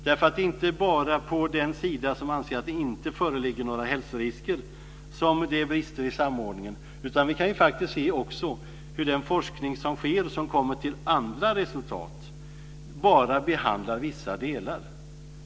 Det är inte bara på den sida där man anser att det inte föreligger några hälsorisker som det är brister i samordningen, utan vi kan faktiskt också se hur man i den forskning som sker där man kommer fram till andra resultat bara behandlar vissa delar.